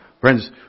Friends